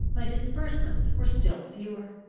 my disbursements were still fewer.